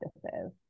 practices